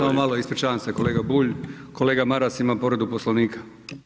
Samo malo, ispričavam se kolega Bulj, kolega Maras ima povredu Poslovnika.